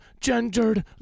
gendered